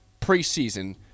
preseason